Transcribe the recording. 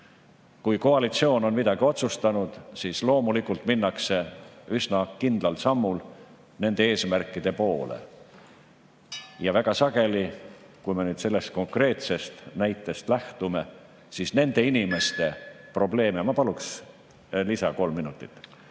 Kui koalitsioon on midagi otsustanud, siis loomulikult minnakse üsna kindlal sammul nende eesmärkide poole. Väga sageli, kui me nüüd sellest konkreetsest näitest lähtume, nende inimeste probleeme … Ma paluks lisa kolm minutit.